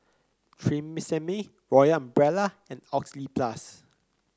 Tresemme Royal Umbrella and Oxyplus